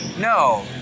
No